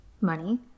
money